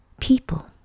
people